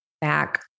back